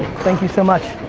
thank you so much.